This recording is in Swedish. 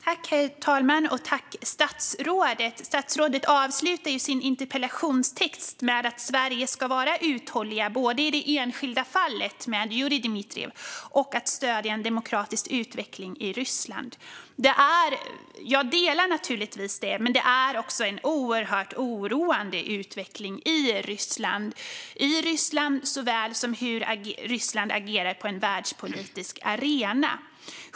Herr talman! Tack, statsrådet! Statsrådet avslutar sitt första inlägg med att Sverige ska vara uthålliga, både i det enskilda fallet med Jurij Dmitrijev och med att stödja en demokratisk utveckling i Ryssland. Jag instämmer naturligtvis i det. Men utvecklingen i Ryssland är oerhört oroande. Det gäller såväl i Ryssland som hur Ryssland agerar på den världspolitiska arenan.